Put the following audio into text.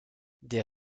des